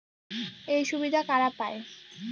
এই সুবিধা কারা পায়?